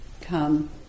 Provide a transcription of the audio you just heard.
come